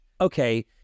okay